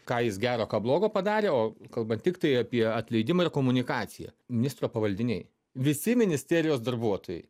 ką jis gero ką blogo padarė o kalbant tiktai apie atleidimą ir komunikaciją ministro pavaldiniai visi ministerijos darbuotojai